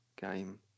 game